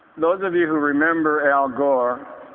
those of you who remember al gore,